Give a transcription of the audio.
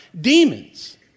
demons